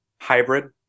Hybrid